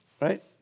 right